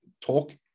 talk